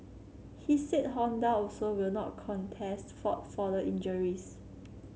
he said Honda also will not contest fault for the injuries